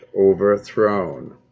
overthrown